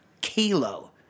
kilo